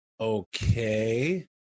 Okay